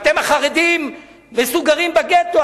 אתם החרדים מסוגרים בגטו,